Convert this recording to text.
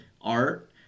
art